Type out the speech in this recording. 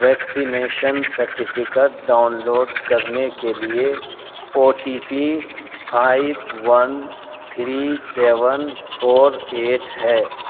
vaccination certificate download کرنے کے لیے O T P five one three seven four eight ہے